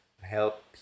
help